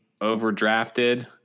overdrafted